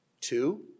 Two